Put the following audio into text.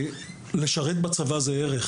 לשרת בצבא זה ערך